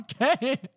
okay